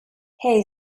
hey